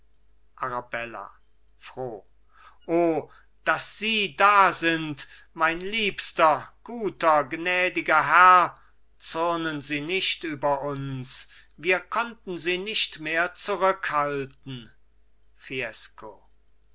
arabella froh o daß sie da sind mein liebster guter gnädiger herr zürnen sie nicht über uns wir konnten sie nicht mehr zurückhalten